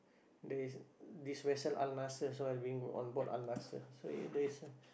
there is this vessel Al-Naser so I being on board Al-Naser so is there is